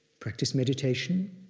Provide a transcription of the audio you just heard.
practiced meditation,